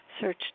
Search